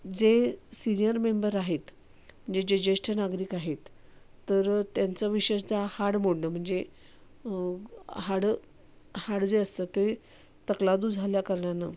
जे senior member आहेत म्हणजे जे ज्येष्ठ नागरिक आहेत तर त्यांचं विशेषतः हाड मोडणं म्हणजे हाडं हाड जे असतं ते तकलादू झाल्या कारणानं